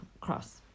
cross